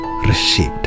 received